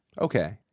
Okay